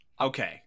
Okay